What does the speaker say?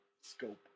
scope